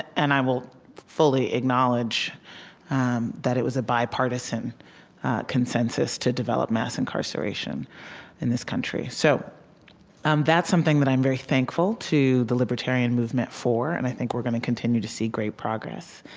and i will fully acknowledge um that it was a bipartisan consensus to develop mass incarceration in this country. so um that's something that i'm very thankful to the libertarian movement for, and i think we're gonna continue to see great progress.